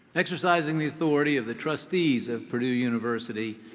exercising the authority of the trustees of purdue university,